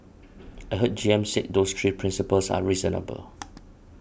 I heard G M said those three principles are reasonable